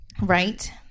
Right